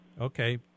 Okay